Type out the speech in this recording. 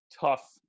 tough